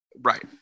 Right